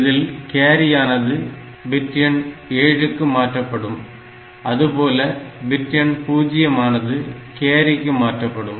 இதில் கேரியானது பிட் எண் 7 க்கு மாற்றப்படும் அதுபோல பிட் எண் பூஜ்ஜியம் ஆனது கேரிக்கு மாற்றப்படும்